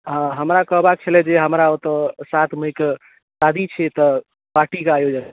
हमरा कहबाक छलय जे हमरा ओतय सात मईकेँ शादी छै तऽ पार्टीके आयोजन